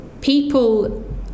people